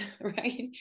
right